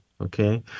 Okay